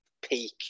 peak